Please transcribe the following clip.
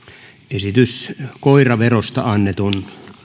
esitys koiraverosta annetun